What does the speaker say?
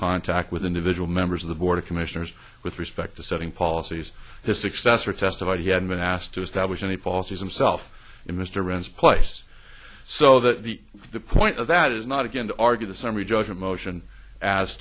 contact with individual members of the board of commissioners with respect to setting policies his successor testified he had been asked to establish any policies and self in mr rense place so that the the point of that is not again to argue the summary judgment motion as